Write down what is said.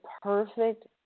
perfect